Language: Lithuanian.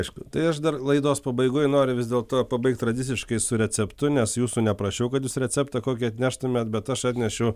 aišku tai aš dar laidos pabaigoj noriu vis dėlto pabaigt tradiciškai su receptu nes neprašiau kad jūs receptą kokį atneštumėt bet aš atnešiau